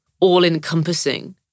all-encompassing